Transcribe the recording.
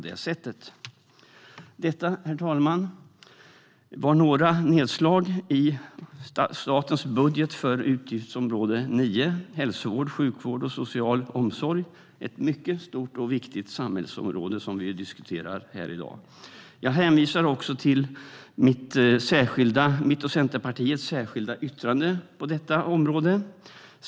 Detta, herr talman, var några nedslag i statens budget för utgiftsområde 9 Hälsovård, sjukvård och social omsorg - ett mycket stort och viktigt samhällsområde som vi diskuterar här i dag. Jag hänvisar också till mitt och Centerpartiets särskilda yttrande på detta utgiftsområde.